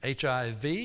HIV